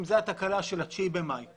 זיהינו כמה תקלות במערך העברת הנתונים.